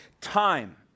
Time